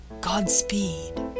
Godspeed